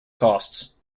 costs